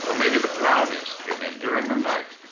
um maybe the brownies came in during the night.